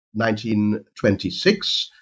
1926